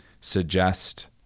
suggest